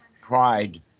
pride